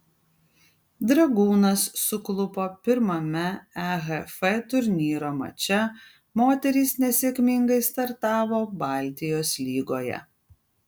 dragūnas suklupo pirmame ehf turnyro mače moterys nesėkmingai startavo baltijos lygoje